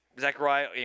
Zechariah